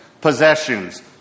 possessions